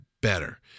better